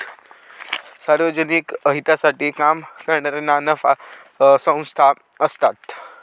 सार्वजनिक हितासाठी काम करणारे ना नफा संस्था असतत